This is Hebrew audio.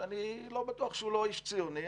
שאני לא בטוח שהוא לא איש ציוני.